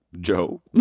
Joe